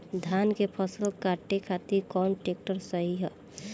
धान के फसल काटे खातिर कौन ट्रैक्टर सही ह?